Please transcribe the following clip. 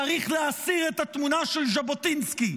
צריך להסיר את התמונה של ז'בוטינסקי,